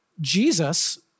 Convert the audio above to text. Jesus